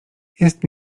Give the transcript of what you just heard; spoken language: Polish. jest